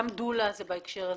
גם דולה זה בהקשר הזה.